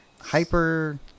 Hyper